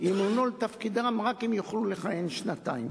ימונו לתפקידם רק אם יוכלו לכהן שנתיים